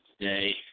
today